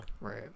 Right